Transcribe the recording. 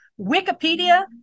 Wikipedia